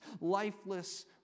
lifeless